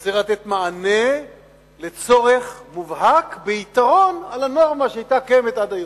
הוא צריך לתת מענה לצורך מובהק ביתרון על הנורמה שהיתה עד היום.